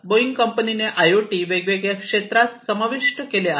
Boeing कंपनीने I O T वेगवेगळ्या क्षेत्रात समाविष्ट केले आहे